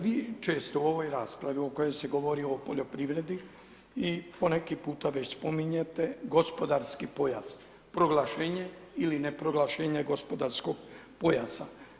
Vi često u ovoj raspravi o kojoj se govor o poljoprivredi i poneki puta već spominjete gospodarski pojas, proglašenje ili ne proglašenje gospodarskog pojasa.